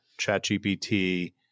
ChatGPT